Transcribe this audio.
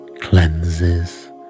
cleanses